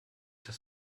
das